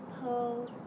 pose